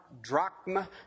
drachma